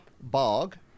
Bog